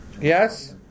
Yes